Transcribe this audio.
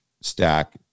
stack